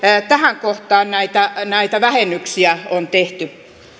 tähän kohtaan näitä näitä vähennyksiä on tehty